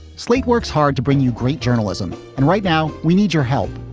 slate works hard to bring you great journalism. and right now we need your help.